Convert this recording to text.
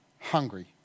Hungry